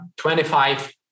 25